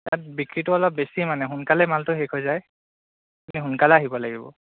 ইয়াত বিক্ৰীটো অলপ বেছি মানে সোনকালে মালটো শেষ হৈ যায় আপুনি সোনকালে আহিব লাগিব